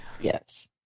Yes